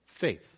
Faith